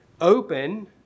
open